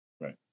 Right